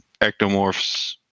ectomorphs